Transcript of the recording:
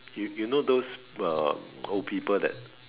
you you know those uh old people that